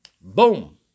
boom